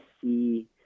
see